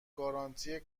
گارانتی